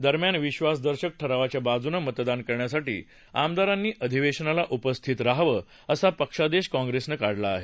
दरम्यान विद्वासदर्शक ठरावाच्या बाजूने मतदान करण्यासाठी आमदारांनी अधिवेशनाला उपस्थित रहावं असा पक्षादेश काँप्रेसनं काढला आहे